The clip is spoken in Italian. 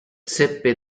seppe